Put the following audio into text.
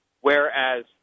whereas